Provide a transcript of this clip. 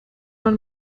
man